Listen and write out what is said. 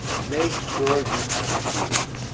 make sure you have healed,